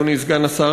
אדוני סגן השר,